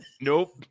Nope